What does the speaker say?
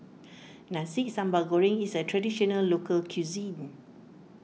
Nasi Sambal Goreng is a Traditional Local Cuisine